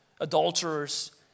adulterers